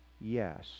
yes